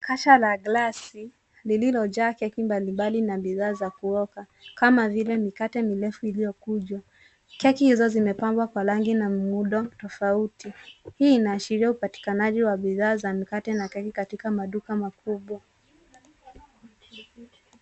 Kasha la glasi, lililojaa keki mbali mbali na bidhaa za kuoka, kama vile mikate mirefu iliyokunjwa. Keki hizo zimepambwa kwa rangi na muundo tofauti. Hii inaashiria upatikanaji wa bidhaa za mikate na keki katika maduka makubwa.